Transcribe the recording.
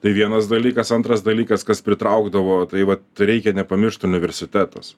tai vienas dalykas antras dalykas kas pritraukdavo tai vat reikia nepamiršt universitetas